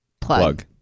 plug